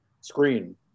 screen